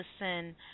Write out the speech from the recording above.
listen